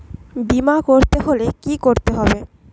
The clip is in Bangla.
বিমা করতে হলে কি করতে হবে?